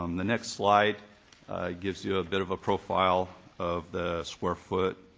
um the next slide gives you a bit of a profile of the square foot